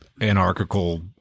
anarchical